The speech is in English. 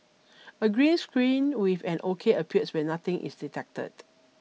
a green screen with an O K appears when nothing is detected